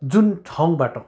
जुन ठाउँबाट